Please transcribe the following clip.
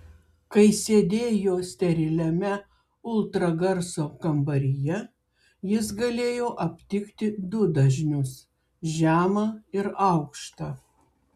kai sėdėjo steriliame ultragarso kambaryje jis galėjo aptikti du dažnius žemą ir aukštą